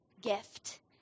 gift